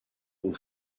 will